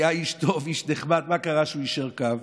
היה איש טוב, איש נחמד, מה קרה שהוא יישר קו?